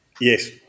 Yes